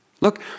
Look